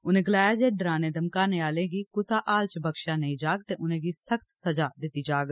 उनें गलाया जे डराने घमकाने आह्लें गी कुसा हाल च बक्खशेआ नेई जाग ते उसी सख्त सजा दित्ती जाग